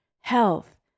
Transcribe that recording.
health